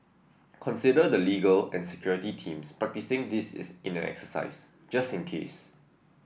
consider the legal and security teams practising this in an exercise just in case